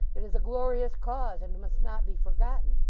it is a glorious cause, and must not be forgotten.